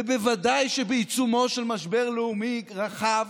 ובוודאי שבעיצומו של משבר לאומי רחב,